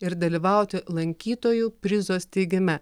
ir dalyvauti lankytojų prizo steigime